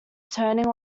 turning